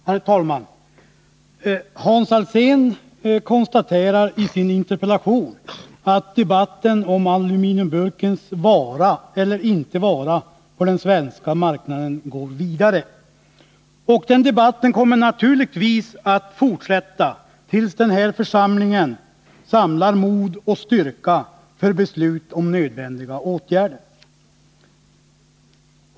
Herr talman! Hans Alsén konstaterar i sin interpellation att debatten om aluminiumburkens vara eller inte vara på den svenska marknaden går vidare. Den debatten kommer naturligtvis att fortsätta tills den här församlingen samlar mod och styrka för beslut om nödvändiga åtgärder.